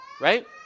Right